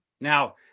Now